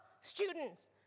students